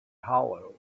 hollow